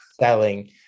selling